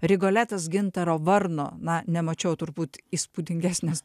rigoletas gintaro varno na nemačiau turbūt įspūdingesnios